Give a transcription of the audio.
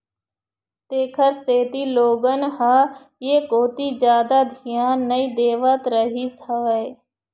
तेखर सेती लोगन ह ऐ कोती जादा धियान नइ देवत रहिस हवय